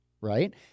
Right